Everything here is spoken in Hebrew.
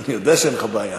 אני יודע שאין לך בעיה.